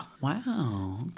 Wow